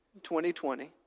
2020